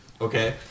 okay